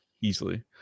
easily